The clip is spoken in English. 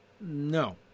No